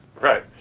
Right